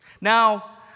Now